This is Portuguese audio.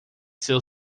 seu